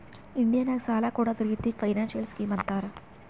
India ನಾಗ್ ಸಾಲ ಕೊಡ್ಡದ್ ರಿತ್ತಿಗ್ ಫೈನಾನ್ಸಿಯಲ್ ಸ್ಕೀಮ್ ಅಂತಾರ್